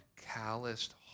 calloused